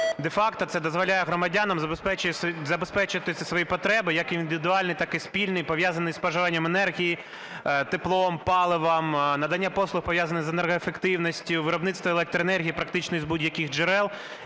Де-факто це дозволяє громадянам забезпечити всі свої потреби, як індивідуальні, так і спільні, пов'язані із споживанням енергії, теплом, паливом, надання послуг, пов'язаних з енергоефективністю, виробництво електроенергії, практичний збут будь-яких джерел.